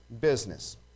business